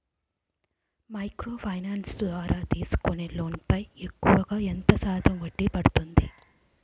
Micro finance ద్వారా తీసుకునే loan పై ఎక్కువుగా ఎంత శాతం వడ్డీ పడుతుంది?